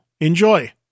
Enjoy